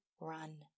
run